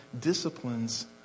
disciplines